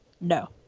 No